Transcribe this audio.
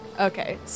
Okay